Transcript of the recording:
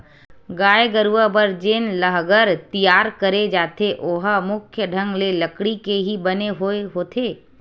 गाय गरुवा बर जेन लांहगर तियार करे जाथे ओहा मुख्य ढंग ले लकड़ी के ही बने होय होथे